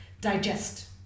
digest